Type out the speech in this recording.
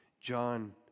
John